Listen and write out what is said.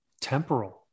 temporal